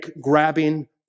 grabbing